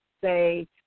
say